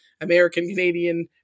American-Canadian